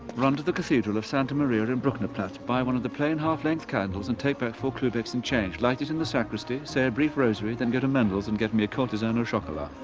run to the cathedral of santa maria but in brucknerplatz. buy one of the plain, half-length candles and take back four klubecks in change. light it in the sacristy, say a brief rosary then go to mendl's and get me a courtesan au chocolat.